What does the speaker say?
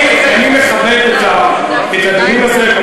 אני מכבד את הדיון הזה.